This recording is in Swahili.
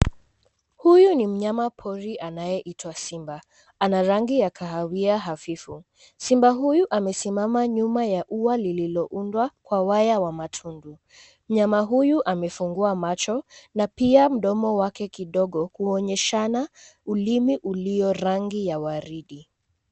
Huyu ni mnyama pori anaye itwa simba. Ana rangi ya kahawia hafifu. Simba huyu amesimama nyuma ya ua lililo undwa kwa waya wa matundu. Mnyama huyu amefungua macho na pia mdomo wake kidogo kuonyeshana ulimi uliyo rangi ya waridi.